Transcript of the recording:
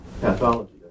pathology